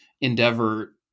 endeavor